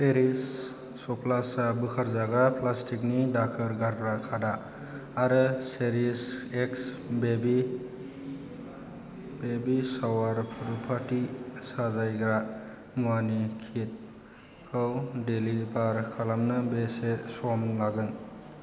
एरिस्ट' सप्लास बोखारजाग्रा प्लास्टिकनि दाखोर गारग्रा खादा आरो चेरिश एक्स बेबि शावार रुफाथि साजायग्रा मुवानि किट खौ डेलिबार खालामनो बेसे सम लागोन